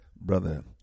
Brother